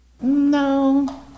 No